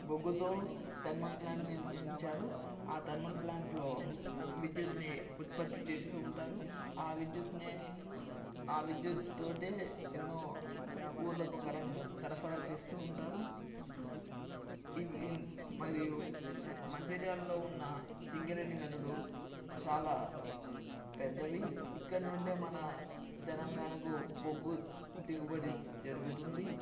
బొగ్గుతో thermal plant నిర్మించారు ఆ thermal ప్లాంట్లో విద్యుత్తుని ఉత్పత్తి చేస్తూ ఉంటారు ఆ విద్యుత్తుని ఆ విద్యుత్తుతో ఎన్నో ఊళ్ళకి కరెంటు సరఫరా చేస్తూ ఉంటారు ఇవి మరియు స మంచిర్యాలో ఉన్న సింగరేణి గనులు చాలా పెద్దవి ఇక్కడ నుండే మన తెలంగాణకు బొగ్గు దిగుబడి జరుగుతుంది